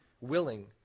willing